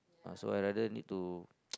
uh so I rather need to